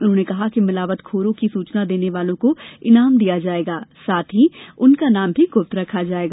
उन्होंने कहा कि मिलावट खोरों की सूचना देने वाले को इनाम दिया जायेगा साथ ही उसका नाम गुप्त रखा जायेगा